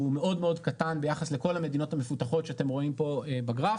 מאוד מאוד קטן ביחס לכל המדינות המפותחות שאתם רואים פה בגרף.